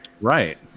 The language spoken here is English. right